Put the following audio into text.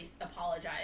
apologize